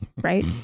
Right